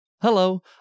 Hello